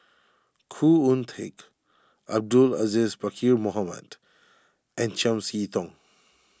Khoo Oon Teik Abdul Aziz Pakkeer Mohamed and Chiam See Tong